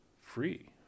free